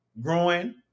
growing